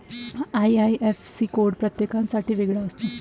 IIFC code प्रत्येकासाठी वेगळा असतो